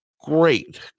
great